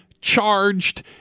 charged